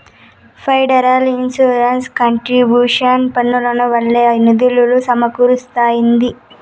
federal insurance contribution పన్నుల వల్లే నిధులు సమకూరస్తాంది